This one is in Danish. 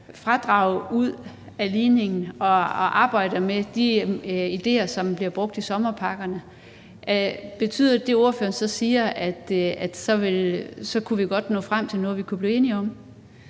fradraget ud af ligningen og arbejder med de idéer, som bliver brugt i sommerpakkerne, ville det så i forhold til det, ordføreren siger, betyde, at så kunne vi godt nå frem til noget, vi kunne blive enige om?